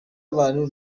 abantu